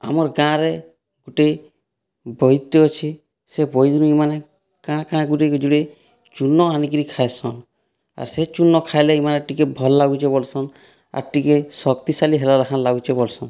ଆମର ଗାଁରେ ଗୋଟିଏ ବୈଦ ଅଛି ସେ ବୈଦରୁ ଇମାନେ କାଣା କାଣା ଗୁରେ ଯୁଡ଼େ ଚୂନ ଆନିକିରି ଖାଇସନ୍ ଆର୍ ସେ ଚୂନ ଖାଇଲେ ଇମାନେ ଟିକେ ଭଲ ଳାଗୁଛେ ବୋଲସନ୍ ଆର୍ ଟିକେ ଶକ୍ତିଶାଳୀ ହେଲା ଲେଖାଁ ଲାଗୁଚେ ବୋଲସନ୍